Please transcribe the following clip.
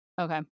Okay